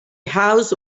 house